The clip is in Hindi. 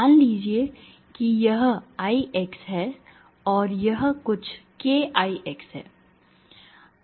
मान लीजिए कि यह Ix है और यह कुछ kIx है